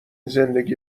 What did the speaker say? زندگی